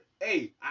Hey